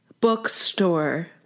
bookstore